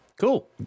Cool